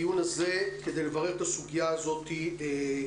כדי לברר את הסוגיה הזו יש לנו כאן